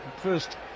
first